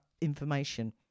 information